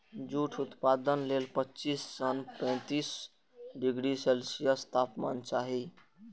jute उत्पादन लेल पच्चीस सं पैंतीस डिग्री सेल्सियस तापमान चाही